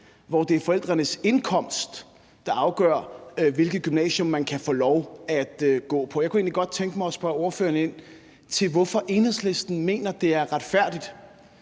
hvor det er forældrenes indkomst, der afgør, hvilket gymnasium man kan få lov at gå på. Jeg kunne egentlig godt tænke mig at spørge ordføreren om, hvorfor Enhedslisten mener, at det er retfærdigt,